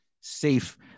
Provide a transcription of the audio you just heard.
safe